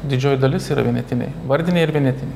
didžioji dalis yra vienetiniai vardiniai ir vienetiniai